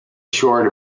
short